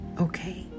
Okay